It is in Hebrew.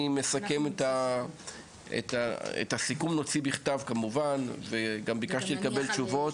את הסיכום נוציא בכתב כמובן וגם ביקשתי לקבל תשובות.